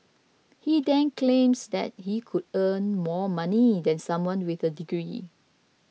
he then claims that he could earn more money than someone with a degree